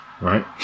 right